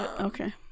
okay